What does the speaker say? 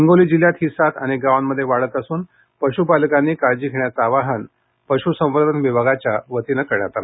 हिंगोली जिल्ह्यात ही साथ अनेक गावांमध्ये वाढत असून पशुपालकांनी काळजी घेण्याचे आवाहन पश्संवर्धन विभागाच्या वतीने करण्यात आले